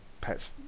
Pet's